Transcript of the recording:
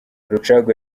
rucagu